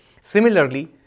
Similarly